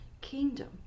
kingdom